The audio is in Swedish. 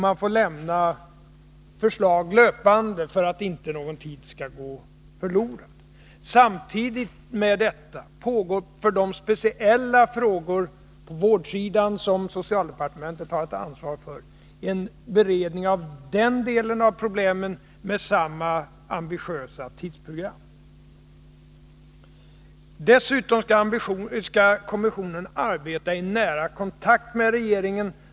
Man får lämna förslag löpande för att inte någon tid skall gå förlorad. Samtidigt med detta pågår för de speciella frågor på vårdsidan som socialdepartementet har ett ansvar för en beredning av den delen av problemen med samma ambitiösa tidsprogram. Dessutom skall kommissionen arbeta i nära kontakt med regeringen.